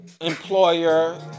employer